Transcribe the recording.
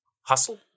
Hustle